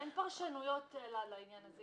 אין פרשנויות לעניין הזה.